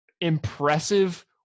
impressive